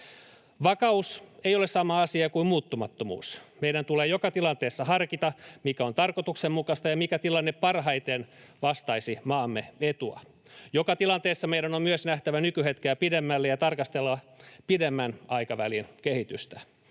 Vakaus ei ole sama asia kuin muuttumattomuus. Meidän tulee joka tilanteessa harkita, mikä on tarkoituksenmukaista ja mikä tilanne parhaiten vastaisi maamme etua. Joka tilanteessa meidän on myös nähtävä nykyhetkeä pidemmälle ja tarkasteltava pidemmän aikavälin kehitystä,